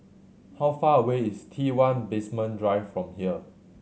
how far away is T One Basement Drive from here